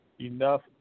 enough